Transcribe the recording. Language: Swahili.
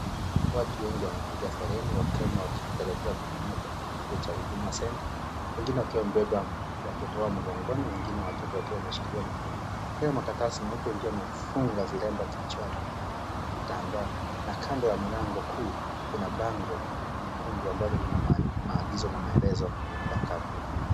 Watu wengi wamepiga foleni wakenya wakitarajia kuhudumiwa katika kituo cha Huduma Centre wengine wakiwa wamebeba watoto wao mgongoni , wengine watoto wakiwa wameshikilia mikono , wengine makaratasi meupe ,wengine wakiwa wamefunga viremba kichwani , wengine vitambaa na kando ya mlango kuu kuna bango nyekundu ambalo lina maagizo na maelezo ya kampuni.